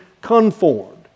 conformed